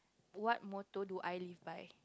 what motto do I live by